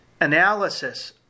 analysis